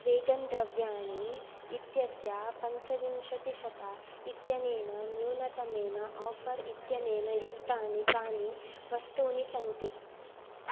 vegan द्रव्याणि इत्यस्य पञ्चविंशतिशत इत्यनेन न्यूनतमेन आफर् इत्यनेन युक्तानि कानि वस्तूनि सन्ति